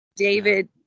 David